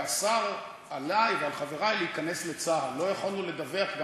ואסר עלי ועל חברי להיכנס לצה"ל, לא יכולנו לדווח.